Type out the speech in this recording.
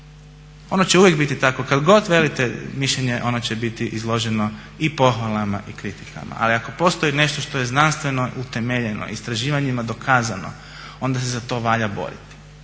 ono će uvijek biti takvo kad god velite mišljenje ono će biti izloženo i pohvalama i kritikama, ali ako postoji nešto što je znanstveno utemeljeno, istraživanjima dokazano onda se za to valja boriti,